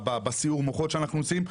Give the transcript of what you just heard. בסיעור מוחות שאנחנו נמצאים,